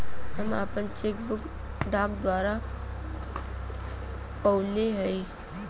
हम आपन cheque book डाक द्वारा पउली है